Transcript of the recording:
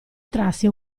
trasse